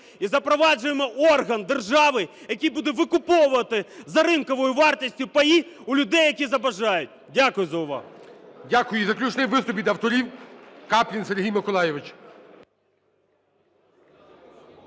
і запроваджуємо орган держави, який буде викуповувати за ринковою вартістю паї у людей, які забажають. Дякую за увагу. ГОЛОВУЮЧИЙ. Дякую. І заключний виступ від авторів, Каплін Сергій Миколайович.